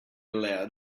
aloud